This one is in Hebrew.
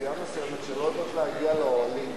אוכלוסייה מסוימת שלא יודעת להגיע לאוהלים.